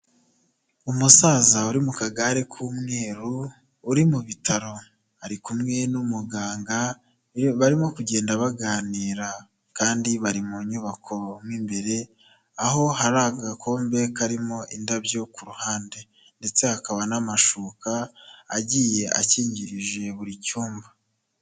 Umusaza uri mu kagare k'umweru uri mu bitaro, ari kumwe n'umuganga barimo kugenda baganira, kandi bari mu nyubako mo imbere, aho hari agakombe karimo indabyo ku ruhande, ndetse hakaba n'amashuka agiye akingirije buri cyumba.